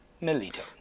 Melito